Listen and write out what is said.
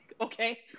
okay